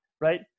right